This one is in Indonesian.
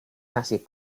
nasi